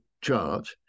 chart